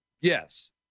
Yes